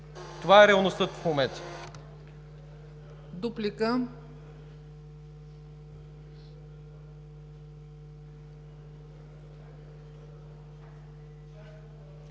Това е реалността в момента.